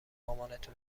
مامانتو